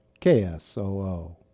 KSOO